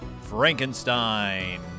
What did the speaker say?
Frankenstein